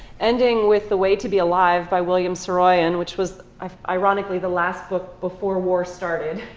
ending with, the way to be alive, by william saroyan, which was ironically the last book before war started,